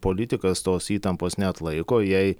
politikas tos įtampos neatlaiko jei